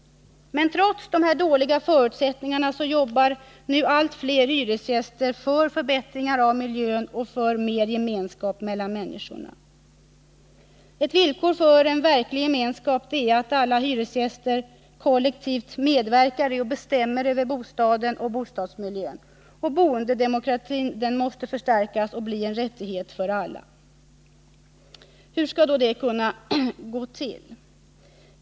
Men trots dessa dåliga förutsättningar arbetar nu allt fler hyresgäster för förbättringar av miljön och för mer gemenskap mellan människorna. Ett villkor för en verklig gemenskap är att alla hyresgäster kollektivt medverkar och bestämmer över bostaden och bostadsmiljön. Boendedemokratin måste förstärkas och bli en rättighet för alla. Hur skall då det kunna gå till?